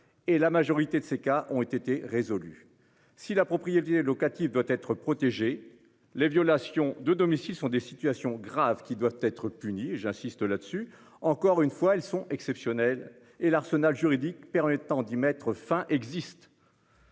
et la majorité de ces cas ont été résolus. Si la propriété locative doit être protégé les violations de domicile sont des situations graves qui doivent être punis. J'insiste là-dessus. Encore une fois, elles sont exceptionnels et l'arsenal juridique permettant d'y mettre fin, existe.